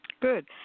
Good